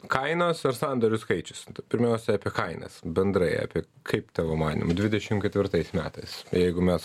kainos ir sandorių skaičius pirmiausiai apie kainas bendrai apie kaip tavo manymu dvidešimt ketvirtais metais jeigu mes